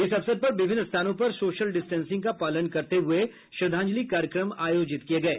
इस अवसर पर विभिन्न स्थानों पर सोशल डिस्टेंसिंग का पालन करते हुए श्रद्धांजलि कार्यक्रम आयोजित किये गये